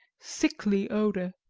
sickly odour,